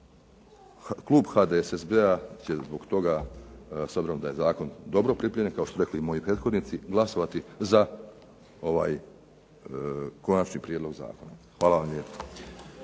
klub HDDSB-a s obzirom da je zakon dobro pripremljen, kao što su rekli i moji prethodnici glasovati za ovaj konačni prijedlog zakona. Hvala vam lijepo.